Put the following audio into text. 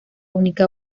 única